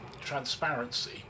transparency